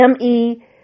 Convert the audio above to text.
m-e